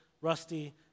Rusty